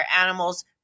animals